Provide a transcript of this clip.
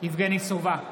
יבגני סובה,